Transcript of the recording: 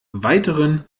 weiteren